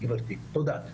תודה.